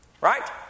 right